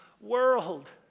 world